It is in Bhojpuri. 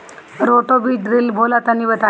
रोटो बीज ड्रिल का होला तनि बताई?